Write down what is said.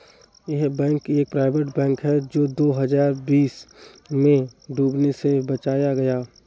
yes bank एक private bank है जो दो हज़ार बीस में डूबने से बचाया गया